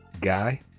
guy